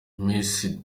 miss